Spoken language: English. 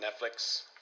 Netflix